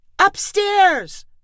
Upstairs